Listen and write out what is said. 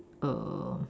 err